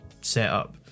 setup